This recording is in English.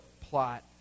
plot